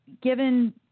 given